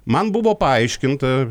man buvo paaiškinta